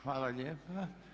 Hvala lijepa.